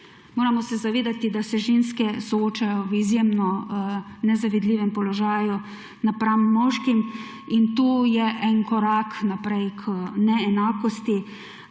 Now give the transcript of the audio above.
Moramo se zavedati, da se ženske soočajo v izjemno nezavidljivem položaju napram moškim in to je en korak naprej k neenakosti.